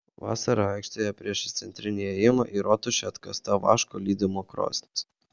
vasarą aikštėje priešais centrinį įėjimą į rotušę atkasta vaško lydymo krosnis